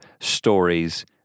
stories